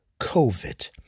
COVID